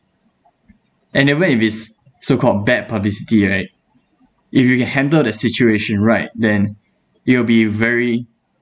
and even if it's so-called bad publicity right if you can handle the situation right then it will be very